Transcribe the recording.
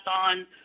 on